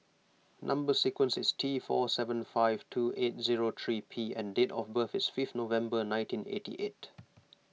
Number Sequence is T four seven five two eight zero three P and date of birth is fifth November nineteen eighty eight